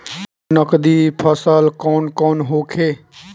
नकदी फसल कौन कौनहोखे?